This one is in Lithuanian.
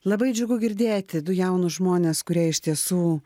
labai džiugu girdėti du jaunus žmones kurie iš tiesų